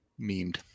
Memed